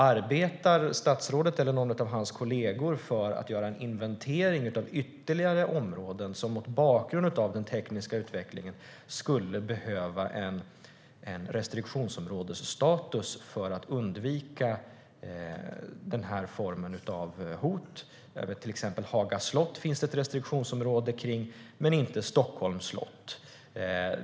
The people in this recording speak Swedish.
Arbetar statsrådet eller någon av hans kollegor för att göra en inventering av ytterligare områden som mot bakgrund av den tekniska utvecklingen skulle behöva en restriktionsområdesstatus för att undvika den här formen av hot? Haga slott finns det ett restriktionsområde kring men inte Stockholms slott.